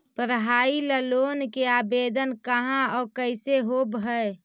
पढाई ल लोन के आवेदन कहा औ कैसे होब है?